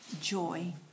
joy